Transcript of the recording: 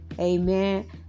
Amen